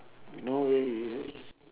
no way i~ is it